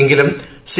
എങ്കിലും സി